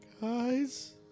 Guys